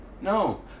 No